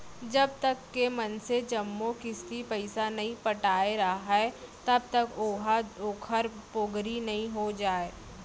जब तक के मनसे जम्मो किस्ती पइसा नइ पटाय राहय तब तक ओहा ओखर पोगरी नइ हो जाय